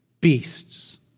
beasts